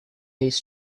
base